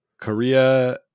Korea